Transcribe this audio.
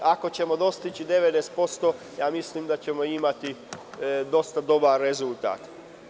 Ako ćemo dostići 90%, mislim da ćemo imati dosta dobar rezultat.